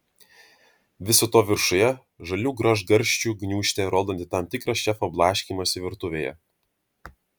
viso to viršuje žalių gražgarsčių gniūžtė rodanti tam tikrą šefo blaškymąsi virtuvėje